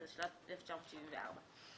התשל"ט-1974.